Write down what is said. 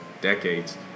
decades